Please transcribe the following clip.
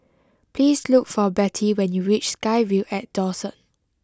please look for Betty when you reach SkyVille at Dawson